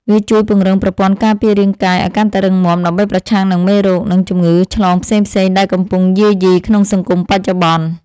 វាជួយពង្រឹងប្រព័ន្ធការពាររាងកាយឱ្យកាន់តែរឹងមាំ ដើម្បីប្រឆាំងនឹងមេរោគ និងជំងឺឆ្លងផ្សេងៗដែលកំពុងយាយីក្នុងសង្គមបច្ចុប្បន្ន។